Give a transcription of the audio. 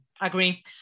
Agree